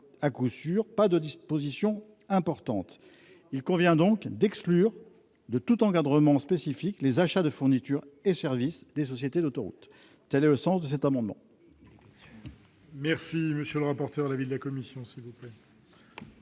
à coup sûr pas d'une position importante. Il convient donc d'exclure de tout encadrement spécifique les achats de fournitures et services des sociétés d'autoroutes. Quel est l'avis de la commission